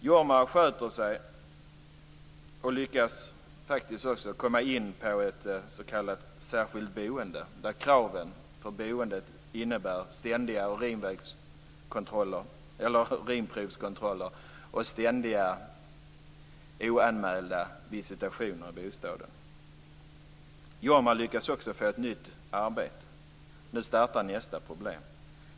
Jorma sköter sig och lyckas faktiskt också komma in på ett s.k. särskilt boende, där kraven för boendet innebär ständiga urinprovskontroller och oanmälda visitationer i bostaden. Jorma lyckas också få ett nytt arbete. Nu startar nästa problem.